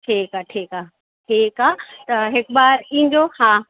ठीकु आहे ठीकु आहे ठीकु आहे त हिक बार ईंजो हा